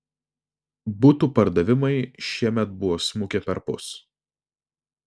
butų pardavimai šiemet buvo smukę perpus